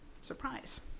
Surprise